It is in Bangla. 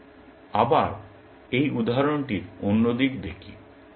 আমি আবার এই উদাহরণটির অন্য দিক দেখি